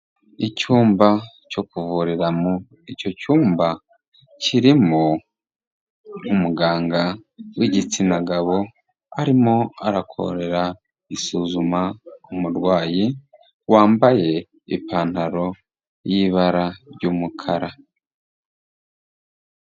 Icyumba cyo kuvuriramo, icyo cyumba kirimo umuganga w'igitsina gabo arimo arakorera isuzuma ku murwayi wambaye ipantaro y'ibara ry'umukara.